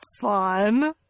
fun